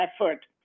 effort